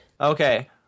Okay